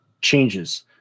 changes